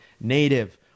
Native